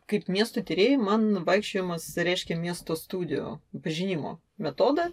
kaip miestų tyrėjai man vaikščiojimas reiškia miesto studijo pažinimo metodą